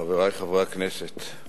חברי חברי הכנסת,